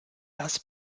das